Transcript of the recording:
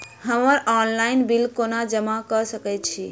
हम्मर online bill कोना जमा कऽ सकय छी?